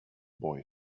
boy